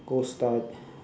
go study